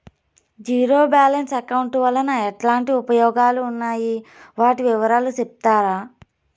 Zero balance account వలన ఎట్లాంటి ఉపయోగాలు ఉన్నాయి? వాటి వివరాలు సెప్తారా?